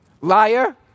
Liar